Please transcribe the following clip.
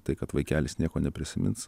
tai kad vaikelis nieko neprisimins